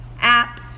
app